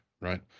right